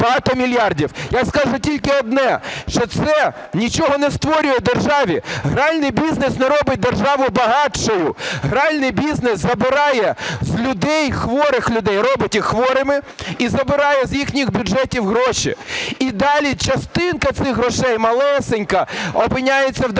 Я скажу тільки одне, що це нічого не створює державі. Гральний бізнес не робить державу багатшою, гральний бізнес забирає в людей, хворих людей, робить їх хворими і забирає з їхніх бюджетів гроші. І далі частинка цих грошей малесенька опиняється в державному